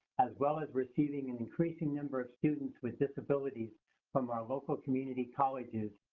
as well as receiving an increasing number of students with disabilities from our local community colleges,